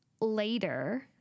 later